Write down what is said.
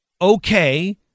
okay